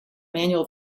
manual